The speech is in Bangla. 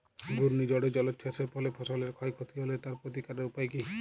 ঘূর্ণিঝড় ও জলোচ্ছ্বাস এর ফলে ফসলের ক্ষয় ক্ষতি হলে তার প্রতিকারের উপায় কী?